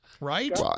right